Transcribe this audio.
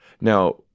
Now